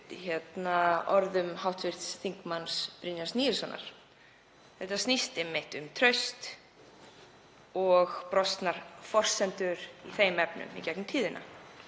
orðum hv. þm. Brynjars Níelssonar. Þetta snýst einmitt um traust og brostnar forsendur í þeim efnum í gegnum tíðina.